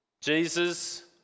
Jesus